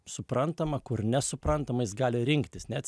suprantama kur nesuprantama jis gali rinktis net